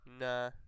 nah